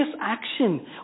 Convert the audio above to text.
action